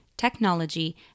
Technology